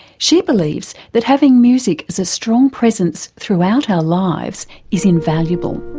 she believes that having music as a strong presence throughout our lives is invaluable.